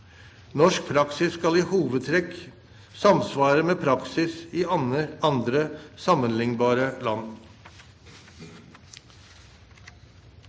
Norsk praksis skal i hovedtrekk samsvare med praksis i andre, sammenlignbare land.